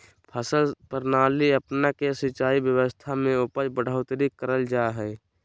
फसल प्रणाली अपना के सिंचाई व्यवस्था में उपज बढ़ोतरी करल जा हइ